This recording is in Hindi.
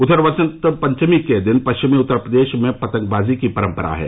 उधर वसंत पंचमी के दिन पश्चिमी उत्तर प्रदेश में पतंगबाजी की परम्परा है